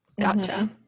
Gotcha